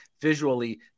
visually